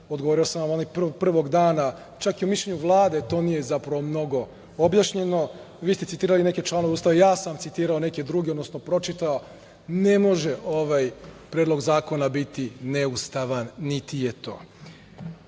Odgovorio sam vam onog prvog dana, čak i o mišljenju Vlade. To nije, zapravo, mnogo objašnjeno. Vi ste citirali neke članove Ustava. Ja sam citirao neke druge, odnosno pročitao. Ne može ovaj Predlog zakona biti neustavan, niti je to. Što